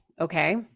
Okay